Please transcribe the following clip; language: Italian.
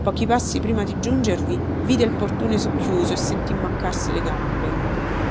pochi passi prima di giungervi vide il portone socchiuso e sentì mancarsi le gambe